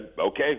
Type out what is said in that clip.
okay